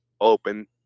open